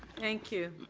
thank you.